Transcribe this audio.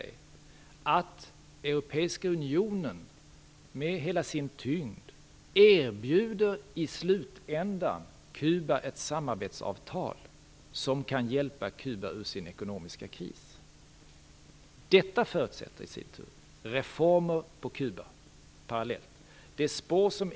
Skälet är att Europeiska unionen, med hela dess tyngd, i slutändan erbjuder Kuba ett samarbetsavtal som kan hjälpa Kuba ur dess ekonomiska kris. Detta förutsätter i sin tur, parallellt, reformer på Kuba.